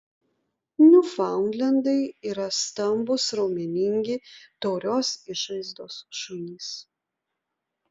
niufaundlendai yra stambūs raumeningi taurios išvaizdos šunys